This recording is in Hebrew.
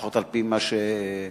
לפחות על-פי מה שפורסם,